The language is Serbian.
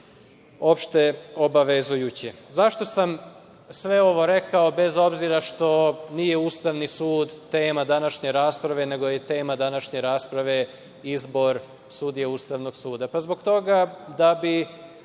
opšte obavezujuće.Zašto sam sve ovo rekao, bez obzira što nije Ustavni sud tema današnje rasprave, nego je tema današnje rasprave izbor sudija Ustavnog suda?